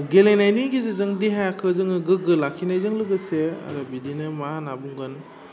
गेलेनायनि गेजेरजों देहाखो जोङो गोग्गो लाखिनायजों लोगोसे आरो बिदिनो मा होनना बुंगोन